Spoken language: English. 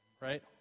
right